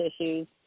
issues